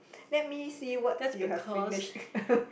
let me see what you have finished